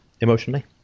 emotionally